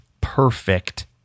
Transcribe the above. perfect